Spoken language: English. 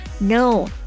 No